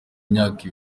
imyaka